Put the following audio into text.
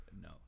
no